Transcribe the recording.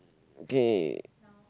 okay